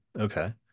okay